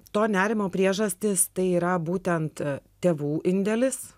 to nerimo priežastys tai yra būtent tėvų indėlis